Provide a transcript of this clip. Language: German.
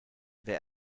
wer